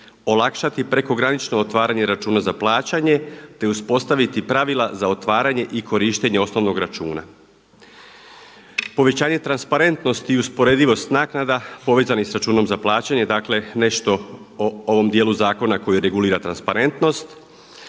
olakšati prekogranično otvaranje računa za plaćanje te uspostaviti pravila za otvaranje i korištenje osnovnog računa. Povećanje transparentnosti i usporedivost naknada povezanih sa računom za plaćanje, dakle nešto o ovom dijelu zakona koji regulira transparentnost.